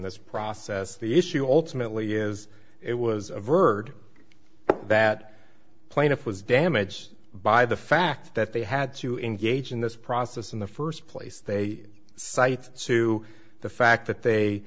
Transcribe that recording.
this process the issue alternately is it was a verdict that plaintiff was damaged by the fact that they had to engage in this process in the first place they cite to the fact that they